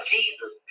Jesus